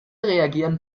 reagieren